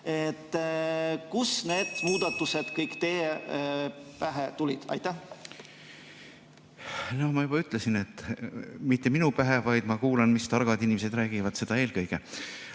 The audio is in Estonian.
Kust need muudatused kõik teie pähe tulid? No ma juba ütlesin, et mitte minu pähe. Ma kuulan, mida targad inimesed räägivad – seda eelkõige.